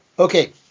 Okay